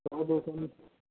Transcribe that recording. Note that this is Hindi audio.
सौ दो सौ में